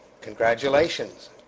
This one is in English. Congratulations